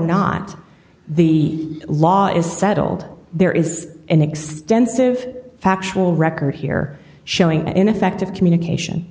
not the law is settled there is an extensive factual record here showing an effective communication